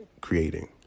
creating